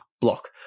block